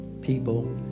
people